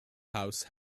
house